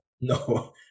No